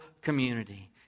community